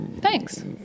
thanks